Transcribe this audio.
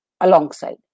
alongside